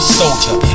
soldier